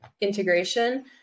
integration